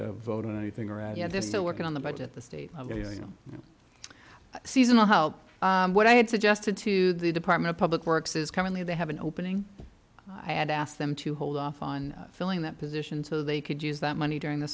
to vote on anything around yeah they're still working on the budget the state you know seasonal help what i had suggested to the department of public works is currently they have an opening i had asked them to hold off on filling that position so they could use that money during the